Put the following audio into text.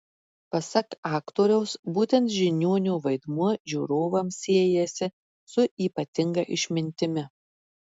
pasak aktoriaus būtent žiniuonio vaidmuo žiūrovams siejasi su ypatinga išmintimi